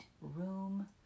room